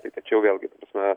tai tačiau vėlgi ta prasme